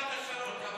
לעומת רמת השרון.